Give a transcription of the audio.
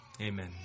Amen